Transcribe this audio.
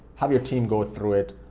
have your team go through it,